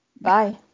Bye